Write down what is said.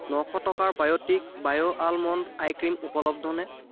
নশ টকাৰ Biotique bio almond ice cream উপলব্ধ নে